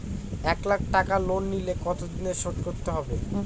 এক লাখ টাকা লোন নিলে কতদিনে শোধ করতে হবে?